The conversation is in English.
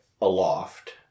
Aloft